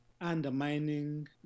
undermining